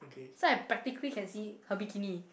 so I practically can see her bikini